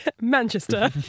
Manchester